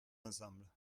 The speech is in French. ensemble